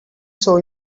show